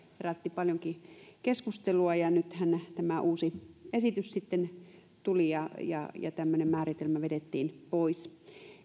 herätti paljonkin keskustelua nythän tämä uusi esitys sitten tuli ja ja tämmöinen määritelmä vedettiin pois